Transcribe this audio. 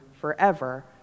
forever